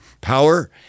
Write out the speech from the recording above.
power